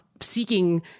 seeking